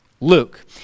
Luke